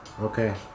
Okay